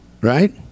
right